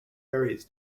varies